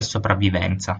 sopravvivenza